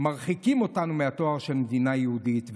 שמרחיקים אותנו מהתואר של מדינה יהודית,